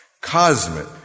Cosmic